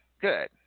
Good